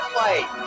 light